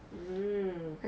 mm